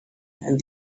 and